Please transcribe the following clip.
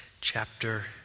chapter